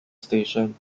station